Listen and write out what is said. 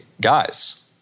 Guys